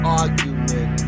argument